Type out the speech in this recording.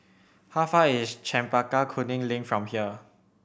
how far is Chempaka Kuning Link from here